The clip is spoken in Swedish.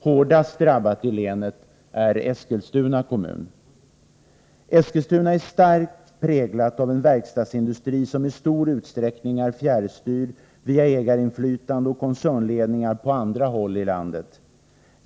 Hårdast drabbad i länet är Eskilstuna kommun. Eskilstuna kommun är starkt präglad av en verkstadsindustri som i stor utsträckning är fjärrstyrd via ägarinflytande och koncernledningar på andra håll i landet.